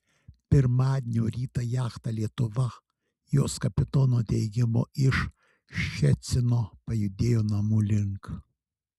pirmadienio rytą jachta lietuva jos kapitono teigimu iš ščecino pajudėjo namų link